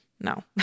no